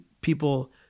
people